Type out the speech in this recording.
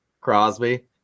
Crosby